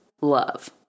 love